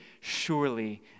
surely